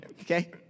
Okay